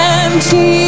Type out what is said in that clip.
empty